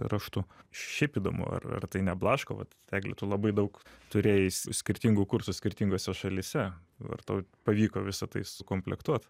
raštu šiaip įdomu ar ar tai neblaško vat egle tu labai daug turėjaisi skirtingų kursų skirtingose šalyse ar tau pavyko visa tai sukomplektuot